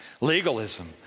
Legalism